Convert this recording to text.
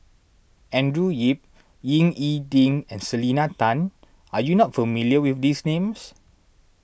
Andrew Yip Ying E Ding and Selena Tan are you not familiar with these names